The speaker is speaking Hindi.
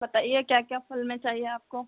बताइए क्या क्या फल में चाहिए आपको